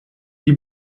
die